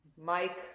mike